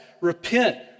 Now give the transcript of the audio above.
repent